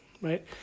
right